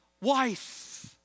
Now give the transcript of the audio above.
wife